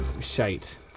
Shite